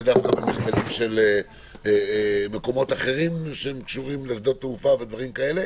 בגלל מחדלים של מקומות אחרים שקשורים לשדות תעופה ודברים כאלה.